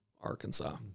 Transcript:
Arkansas